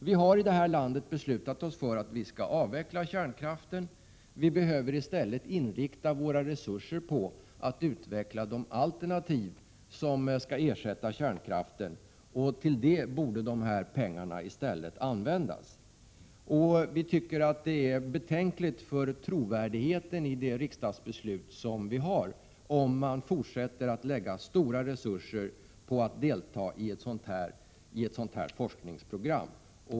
Vi har i det här landet beslutat att avveckla kärnkraften, och därför behöver vi i stället inrikta våra resurser på att utveckla de alternativ som kan ersätta kärnkraften. Pengarna borde i stället användas till detta. Det är enligt vår mening betänkligt för trovärdigheten i riksdagsbeslutet, om man fortsätter att lägga stora resurser på att delta i ett sådant här forskningsprogram.